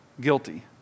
guilty